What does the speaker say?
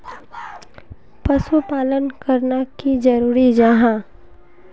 पशुपालन करना की जरूरी जाहा?